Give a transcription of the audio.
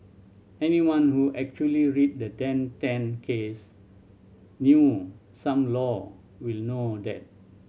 anyone who actually read the Dan Tan case knew some law will know that